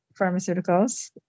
pharmaceuticals